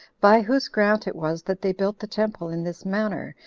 by whose grant it was that they built the temple in this manner,